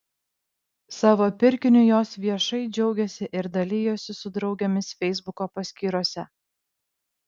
savo pirkiniu jos viešai džiaugėsi ir dalijosi su draugėmis feisbuko paskyrose